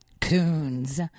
Coons